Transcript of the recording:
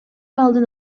алдын